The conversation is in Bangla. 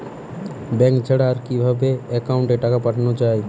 ব্যাঙ্ক ছাড়া আর কিভাবে একাউন্টে টাকা পাঠানো য়ায়?